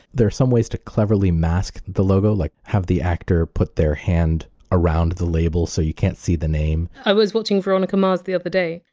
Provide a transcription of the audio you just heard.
there are some ways to cleverly mask the logo. like have the actor put their hand around the label so you can't see the name. i was watching veronica mars the other day,